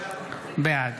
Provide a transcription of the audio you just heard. בעד